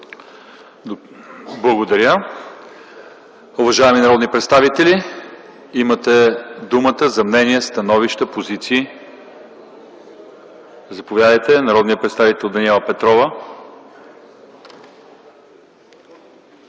Благодаря. Уважаеми народни представители, имате думата за мнения, становища и позиции. Заповядайте – народният представител Даниела Петрова.